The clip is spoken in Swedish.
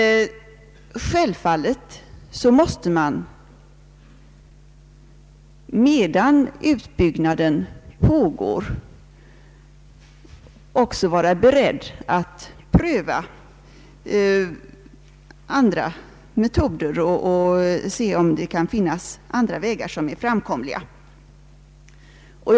Självfallet måste man medan utbyggnaden pågår också vara beredd att pröva andra metoder och se om det kan finnas andra framkomliga vägar.